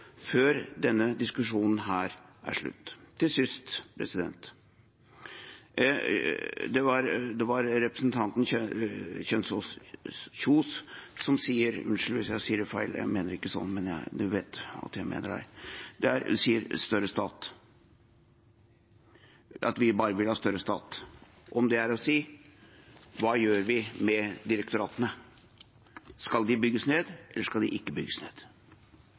før denne diskusjonen er slutt. Til sist: Det var representanten Kjønaas Kjos som sa at vi bare vil ha større stat. Om det er å si: Hva gjør vi med direktoratene? Skal de bygges ned, eller skal de ikke bygges ned?